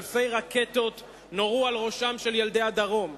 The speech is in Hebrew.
אלפי רקטות נורו על ראשם של ילדי הדרום.